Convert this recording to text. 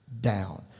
down